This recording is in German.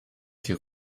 die